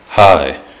Hi